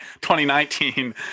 2019